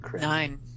nine